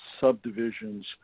subdivisions